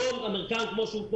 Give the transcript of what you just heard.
היום המרכז כמו שהוא,